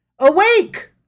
Awake